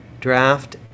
draft